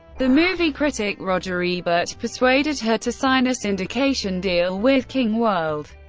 the movie critic roger ebert persuaded her to sign a syndication deal with king world.